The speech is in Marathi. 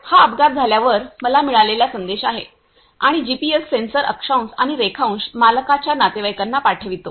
हा अपघात झाल्यावर मला मिळालेला संदेश आहे आणि जीपीएस सेन्सर अक्षांश आणि रेखांश मालकाच्या नातेवाईकांना पाठवितो